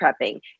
prepping